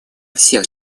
всех